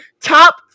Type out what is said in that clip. Top